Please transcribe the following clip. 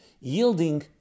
yielding